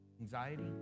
Anxiety